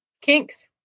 kinks